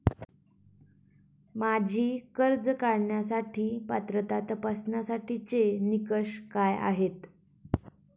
माझी कर्ज काढण्यासाठी पात्रता तपासण्यासाठीचे निकष काय आहेत?